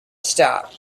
stop